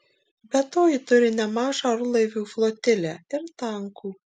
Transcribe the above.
be to ji turi nemažą orlaivių flotilę ir tankų